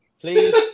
Please